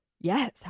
Yes